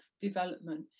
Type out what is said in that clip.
development